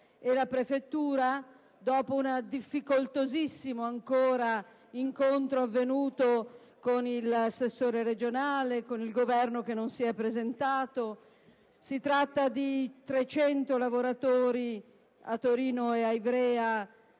e la prefettura, dopo un assai difficoltoso incontro avvenuto con l'assessore regionale e con il Governo, che non si è però presentato. Si tratta di 300 lavoratori a Torino e Ivrea